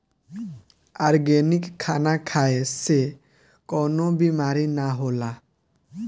organic खाना खाए से कवनो बीमारी ना होला